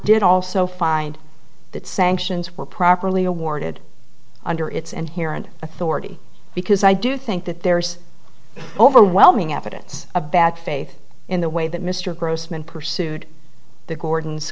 did also find that sanctions were properly awarded under its and here and authority because i do think that there's overwhelming evidence of bad faith in the way that mr grossman pursued the gordon